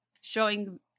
showing